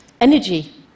energy